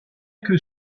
que